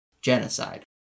genocide